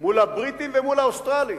מול הבריטים ומול האוסטרלים.